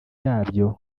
yabyo